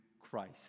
Christ